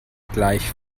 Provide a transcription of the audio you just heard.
gleich